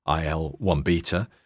IL-1-beta